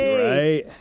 Right